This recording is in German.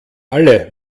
alle